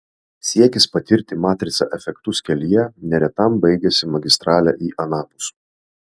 siekis patirti matrica efektus kelyje neretam baigiasi magistrale į anapus